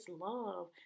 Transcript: love